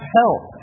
help